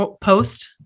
Post-